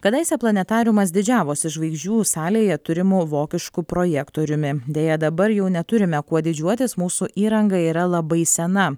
kadaise planetariumas didžiavosi žvaigždžių salėje turimu vokišku projektoriumi deja dabar jau neturime kuo didžiuotis mūsų įranga yra labai sena